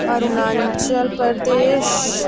Arunachal Pradesh